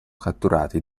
catturati